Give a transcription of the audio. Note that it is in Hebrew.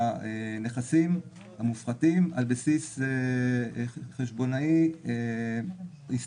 עלות הנכסים המופחתים על בסיס חשבונאי היסטורי.